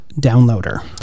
Downloader